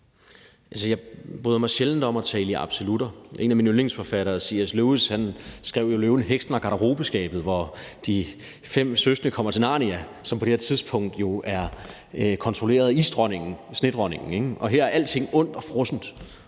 Jeg bryder mig sjældent om at tale i absolutter. En af mine yndlingsforfattere, C. S. Lewis skrev jo »Løven, heksen og garderobeskabet«, hvor de fire søskende kommer til Narnia, som på det her tidspunkt er kontrolleret af isdronningen, og her er alting ondt og frossent.